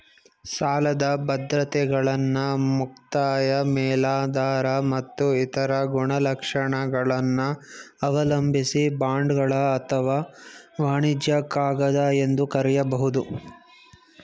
ಸಾಲದ ಬದ್ರತೆಗಳನ್ನ ಮುಕ್ತಾಯ ಮೇಲಾಧಾರ ಮತ್ತು ಇತರ ಗುಣಲಕ್ಷಣಗಳನ್ನ ಅವಲಂಬಿಸಿ ಬಾಂಡ್ಗಳು ಅಥವಾ ವಾಣಿಜ್ಯ ಕಾಗದ ಎಂದು ಕರೆಯಬಹುದು